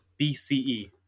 bce